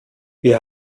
wir